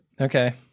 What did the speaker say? Okay